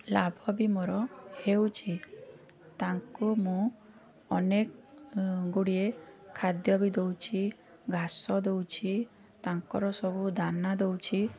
ଲାଭ ବି ମୋର ହେଉଛି ତାଙ୍କୁ ମୁଁ ଅନେକ ଗୁଡ଼ିଏ ଖାଦ୍ୟ ବି ଦେଉଛି ଘାସ ଦେଉଛି ତାଙ୍କର ସବୁ ଦାନା ଦେଉଛି